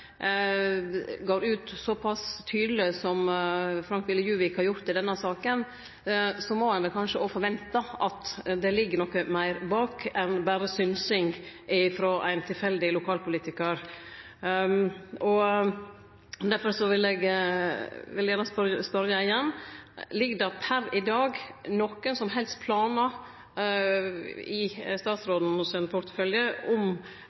denne saka, må ein vel kanskje òg forvente at det ligg noko meir bak enn berre synsing frå ein tilfeldig lokalpolitikar. Difor vil eg gjerne spørje igjen: Ligg det per i dag nokon som helst planar i statsrådens portefølje om